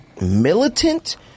militant